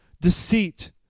deceit